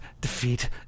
defeat